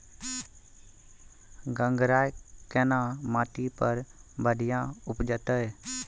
गंगराय केना माटी पर बढ़िया उपजते?